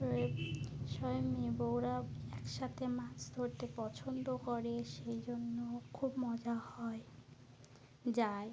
ওই সবে মেয়ে বউরা একসাথে মাছ ধরতে পছন্দ করে সেই জন্য খুব মজা হয় যায়